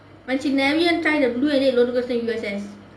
when she never even try the blue rollercoaster in U_S_S